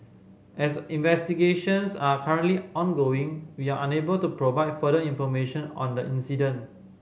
as investigations are currently ongoing we are unable to provide further information on the incident